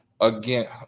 again